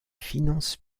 finances